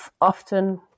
often